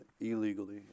illegally